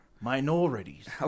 Minorities